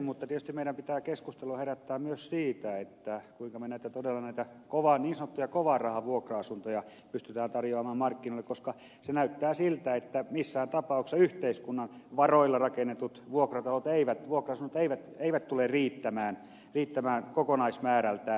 mutta tietysti meidän pitää keskustelua herättää myös siitä kuinka me todella näitä niin sanottuja kovan rahan vuokra asuntoja pystymme tarjoamaan markkinoille koska näyttää siltä että missään tapauksessa yhteiskunnan varoilla rakennetut vuokratalot vuokra asunnot eivät tule riittämään kokonaismäärältään